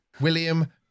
William